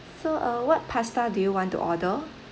so uh what pasta do you want to order